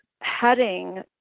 heading